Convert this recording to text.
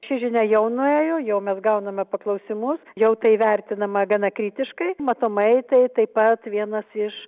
ši žinia jau nuėjo jau mes gauname paklausimus jau tai vertinama gana kritiškai matomai tai taip pat vienas iš